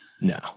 No